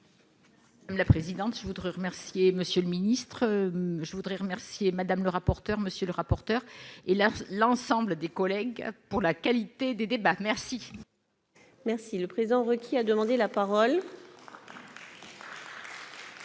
Coste. La présidente, je voudrais remercier monsieur le ministre, je voudrais remercier, madame le rapporteur monsieur le rapporteur, et là l'ensemble des collègues pour la qualité des débats, merci. Merci le présent requis, a demandé la parole.